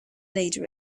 leader